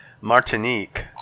Martinique